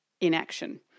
inaction